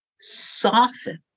soften